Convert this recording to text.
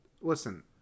Listen